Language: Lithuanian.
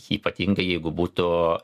ypatingai jeigu būtų